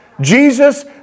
Jesus